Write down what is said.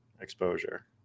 exposure